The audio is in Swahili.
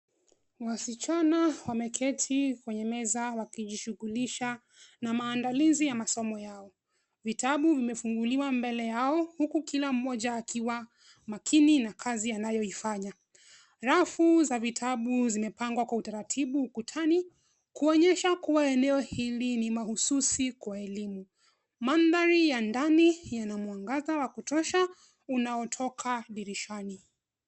Wasichana wameketi kwenye meza wakijishugulisha na maandalizi ya masomo yao. Vitabu vimefunguliwa mbele yao huku kila moja akiwa makini na kazi anayoifanya. Rafu za vitabu zimepangwa kwa utaratibu ukutani kuonyesha kuwa eneo hili ni mahususi kwa elimu. Mandhari ya ndani yana mwangaza wa kutosha unaotoka dirishani.